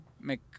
make